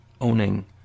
owning